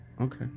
Okay